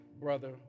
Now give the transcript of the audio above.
brother